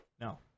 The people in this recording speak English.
no